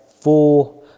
four